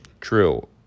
True